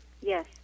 yes